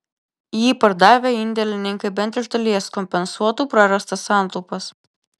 jį pardavę indėlininkai bent iš dalies kompensuotų prarastas santaupas